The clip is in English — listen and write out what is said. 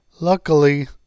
Luckily